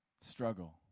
struggle